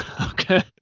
Okay